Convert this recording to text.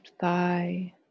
thigh